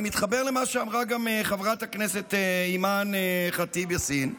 אני מתחבר למה שאמרה גם חברת הכנסת אימאן ח'טיב יאסין,